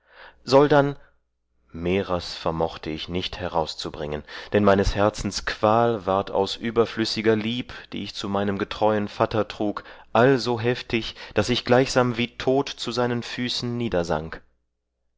mehrers vermochte ich nicht herauszubringen dann meines herzens qual ward aus überflüssiger lieb die ich zu meinem getreuen vatter trug also heftig daß ich gleichsam wie tot zu seinen füßen